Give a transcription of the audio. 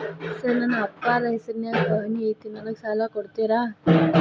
Sir ನನ್ನ ಅಪ್ಪಾರ ಹೆಸರಿನ್ಯಾಗ್ ಪಹಣಿ ಐತಿ ನನಗ ಸಾಲ ಕೊಡ್ತೇರಾ?